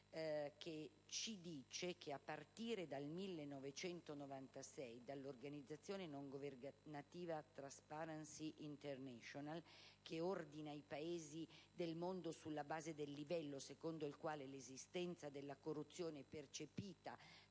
annualmente a partire dal 1996 dall'organizzazione non governativa *Transparency international* che ordina i Paesi del mondo sulla base del livello secondo il quale l'esistenza della corruzione è percepita